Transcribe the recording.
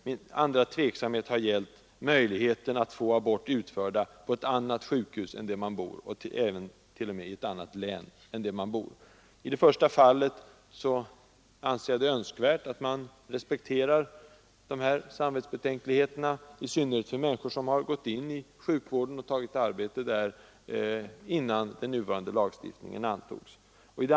Den andra frågan rör möjligheten att få abort utförd på sjukhus utanför det egna sjukvårdsområdet, t.o.m. i ett annat län än hemlänet. Jag anser det önskvärt att man respekterar samvetsbetänkligheterna, i synnerhet för människor som tagit arbete inom sjukvården innan den nuvarande lagstiftningen antogs.